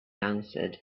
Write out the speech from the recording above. answered